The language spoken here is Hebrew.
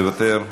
מוותר.